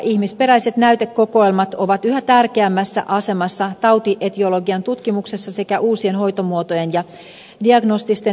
ihmisperäiset näytekokoelmat ovat yhä tärkeämmässä asemassa tautietiologian tutkimuksessa sekä uusien hoitomuotojen ja diagnostisten menetelmien kehittelytyössä